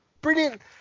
Brilliant